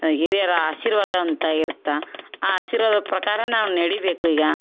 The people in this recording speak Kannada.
ಹಿರಿಯರ ಆಶೀರ್ವಾದ ಅಂತ ಇರ್ತೆ ಆ ಆಶೀರ್ವಾದದ ಪ್ರಕಾರ ನಾವು ನೆಡೀಬೇಕು ಈಗ